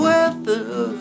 Weather